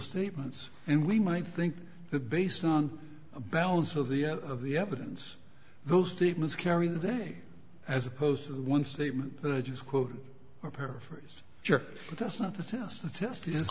statements and we might think the based on a balance of the of the evidence those statements carry the day as opposed to the one statement that i just quote or paraphrase but that's not the test the test is